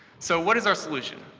so what is our solution?